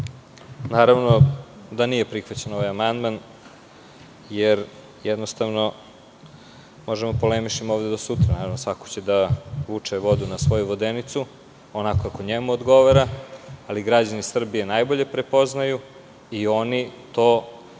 Naravno da nije prihvaćen ovaj amandman. Jednostavno, možemo da polemišemo ovde do sutra. Naravno, svako će da vuče vodu na svoju vodenicu onako kako njemu odgovara, ali građani Srbije najbolje prepoznaju i oni svoju